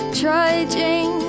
trudging